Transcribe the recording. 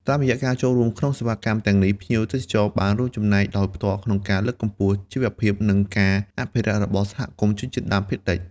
តាមរយៈការចូលរួមក្នុងសេវាកម្មទាំងនេះ ភ្ញៀវទេសចរបានរួមចំណែកដោយផ្ទាល់ក្នុងការលើកកម្ពស់ ជីវភាព និងការអភិរក្សរបស់សហគមន៍ជនជាតិដើមភាគតិច។